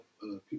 people